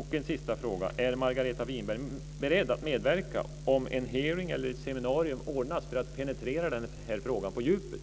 har en sista fråga: Är Margareta Winberg beredd att medverka om en hearing eller ett seminarium ordnas för att penetrera den här frågan på djupet?